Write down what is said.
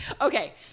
Okay